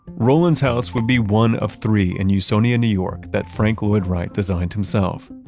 roland's house would be one of three in usonia, new york that frank lloyd wright-designed himself.